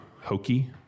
hokey